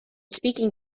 speaking